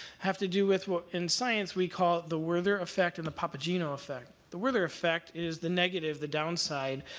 have to do with what in science we call the werther effect and the papageno effect. the werther effect is the negative, the downside,